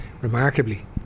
remarkably